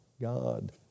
God